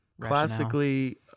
classically